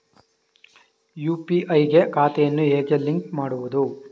UPI ಗೆ ಖಾತೆಯನ್ನು ಹೇಗೆ ಲಿಂಕ್ ಮಾಡುವುದು?